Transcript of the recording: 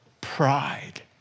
pride